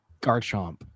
garchomp